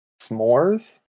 s'mores